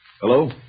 Hello